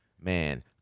man